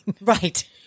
Right